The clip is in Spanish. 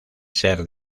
ser